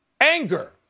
Anger